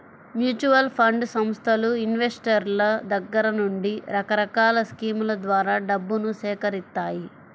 mutual fund సంస్థలు ఇన్వెస్టర్ల దగ్గర నుండి రకరకాల స్కీముల ద్వారా డబ్బును సేకరిత్తాయి